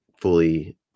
fully